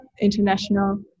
international